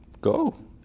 go